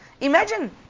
Imagine